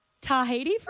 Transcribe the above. Tahiti